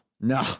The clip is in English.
no